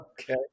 Okay